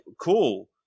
cool